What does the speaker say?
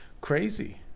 crazy